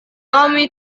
kami